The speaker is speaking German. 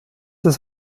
ist